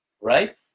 right